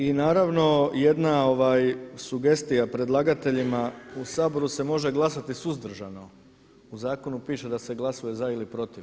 I naravno jedna sugestija predlagateljima, u Saboru se može glasati suzdržano, u zakonu piše da se glasuje za ili protiv.